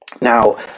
Now